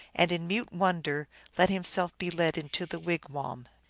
and in mute wonder let himself be led into the wigwam.